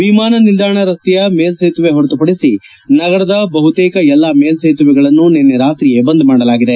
ವಿಮಾನ ನಿಲ್ಲಾಣ ರಸ್ತೆಯ ಮೇಲ್ಲೇತುವೆ ಹೊರತುಪಡಿಸಿ ನಗರದ ಬಹುತೇಕ ಎಲ್ಲಾ ಮೇಲ್ಲೇತುವೆಗಳನ್ನು ನಿನ್ನೆ ರಾತ್ರಿಯೇ ಬಂದ್ ಮಾಡಲಾಗಿದೆ